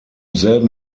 selben